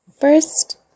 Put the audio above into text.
First